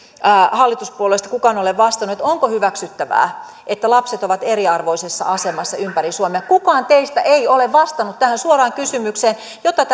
hallituspuolueista kukaan ole vastannut onko hyväksyttävää että lapset ovat eriarvoisessa asemassa ympäri suomea kukaan teistä ei ole vastannut tähän suoraan kysymykseen jota